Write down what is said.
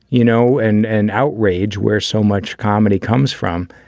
you know, and an outrage where so much comedy comes from.